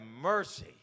mercy